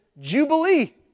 jubilee